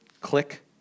click